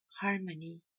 harmony